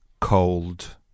cold